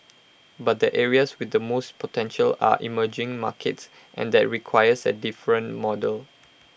but the areas with the most potential are emerging markets and that requires A different model